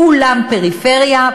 כולם פריפריה,